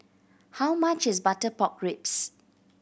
how much is butter pork ribs